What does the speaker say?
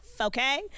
okay